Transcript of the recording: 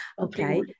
okay